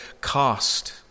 cost